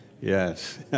Yes